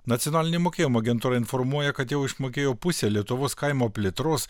nacionalinė mokėjimo agentūra informuoja kad jau išmokėjo pusę lietuvos kaimo plėtros